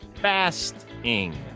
Fasting